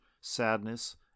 sadness